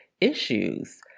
issues